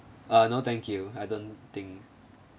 uh no thank you I don't think